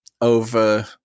over